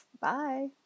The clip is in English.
Bye